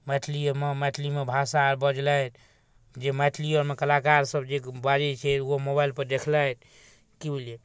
मैथिलिएमे मैथिलीमे भाषा बजलथि जे मैथिलिओमे कलाकारसभ जे बाजै छै ओ मोबाइलपर देखलथि कि बुझलिए